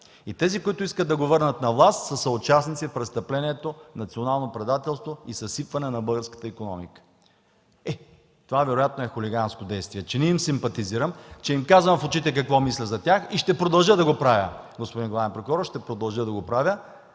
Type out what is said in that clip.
и тези, които искат да го върнат на власт, са съучастници в престъплението – национално предателство и съсипване на българската икономика. Е, това вероятно е хулиганско действие – че не им симпатизирам, че им казвам в очите какво мисля за тях и ще продължа да го правя, господин главен прокурор. Ще продължа да го правя!